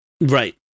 Right